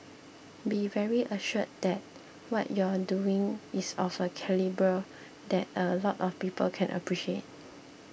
be very assured that what you're doing is of a calibre that a lot of people can appreciate